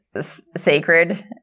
sacred